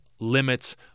limits